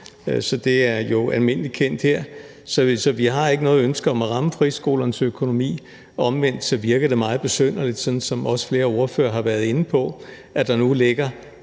så det er jo almindelig kendt her. Vi har ikke noget ønske om at ramme friskolernes økonomi; omvendt virker det meget besynderligt, at der, som også flere ordførere været inde på, nu ligger